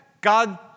God